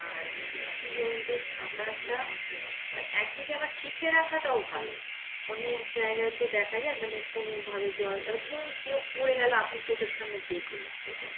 আর কী বলুন তো সাঁতারটা মানে একদিকে আবার শিখে রাখাটাও ভালো অনেক জায়গায় তো দেখা যায় মানে কোনোভাবে জলে ধরুন কেউ পড়ে গেলো আপনি চোখের সামনে দেখলেন সেটা